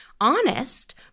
honest